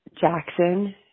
Jackson